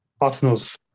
Arsenal's